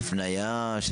אין הפנייה?